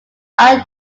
are